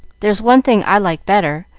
there's one thing i like better,